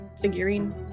figurine